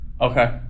Okay